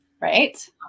Right